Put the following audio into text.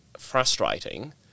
frustrating